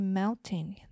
melting